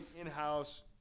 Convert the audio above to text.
in-house